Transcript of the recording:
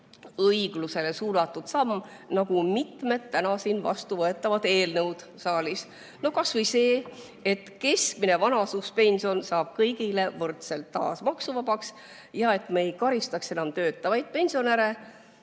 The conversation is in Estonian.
õiglusele suunatud samm, nagu mitmed täna siin saalis vastuvõetavad eelnõud. No kas või see, et keskmine vanaduspension saab kõigile võrdselt taas maksuvabaks, et me ei karistaks enam töötavaid pensionäre,